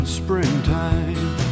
springtime